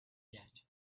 yet